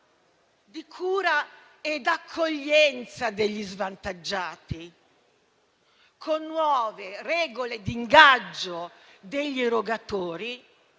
di cura e di accoglienza degli svantaggiati, con nuove regole di ingaggio degli erogatori